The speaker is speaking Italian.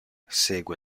segue